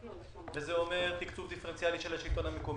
זה אומר תקצוב דיפרנציאלי של השלטון המקומי,